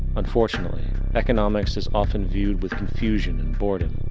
unfortunately, economics is often viewed with confusion and boredom.